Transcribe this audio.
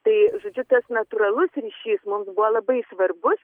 tai žodžiu tas natūralus ryšys mums buvo labai svarbus